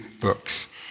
books